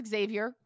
Xavier